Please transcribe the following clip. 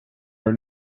are